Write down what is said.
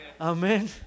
Amen